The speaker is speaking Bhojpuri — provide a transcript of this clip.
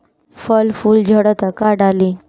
फल फूल झड़ता का डाली?